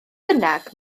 bynnag